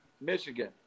Michigan